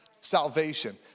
salvation